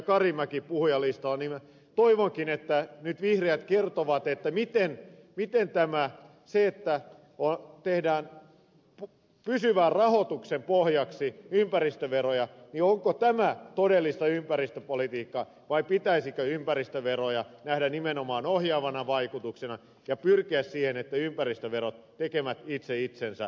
karimäki puhujalistalla toivonkin että vihreät kertovat onko se että tehdään pysyvän rahoituksen pohjaksi ympäristöveroja todellista ympäristöpolitiikkaa vai pitäisikö ympäristöveroja nähdä nimenomaan ohjaavana vaikutuksena ja pyrkiä siihen että ympäristöverot tekevät itse itsensä tarpeettomiksi